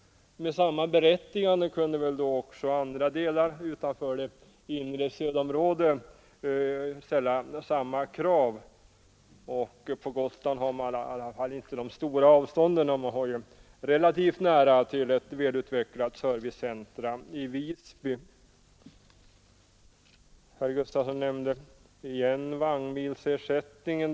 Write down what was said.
Med samma berättigande kunde väl då också andra delar utanför det inre stödområdet ställa samma krav. På Gotland har man ju inte problem med stora avstånd, det är relativt nära till ett välutvecklat servicecentrum i Visby. Herr Gustafson tog också upp frågan om vagnmilsersättningen.